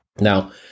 Now